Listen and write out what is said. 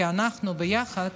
כי אנחנו ביחד,